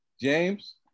James